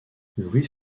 louis